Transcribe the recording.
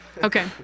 Okay